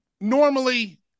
normally